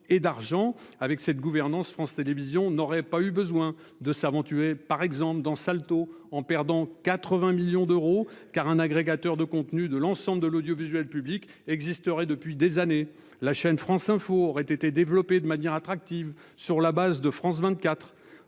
et d'argent avec cette gouvernance France Télévision n'aurait pas eu besoin de savants tué par exemple dans Salto en perdant 80 millions d'euros, car un agrégateur de contenu, de l'ensemble de l'audiovisuel public existerait depuis des années la chaîne FranceInfo aurait été développée de manière attractive sur la base de France 24,